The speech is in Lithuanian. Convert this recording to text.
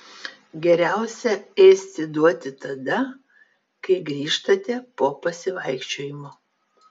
geriausia ėsti duoti tada kai grįžtate po pasivaikščiojimo